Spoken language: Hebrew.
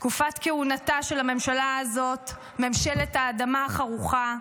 תקופת כהונתה של הממשלה הזאת, ממשלת האדמה החרוכה,